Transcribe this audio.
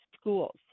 schools